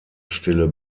stille